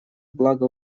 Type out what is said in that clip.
благо